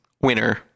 winner